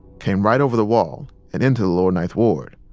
came right over the wall and into the lower ninth ward.